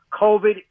COVID